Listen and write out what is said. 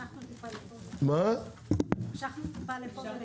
משכנו טיפה לפה, טיפה לשם.